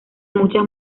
muchas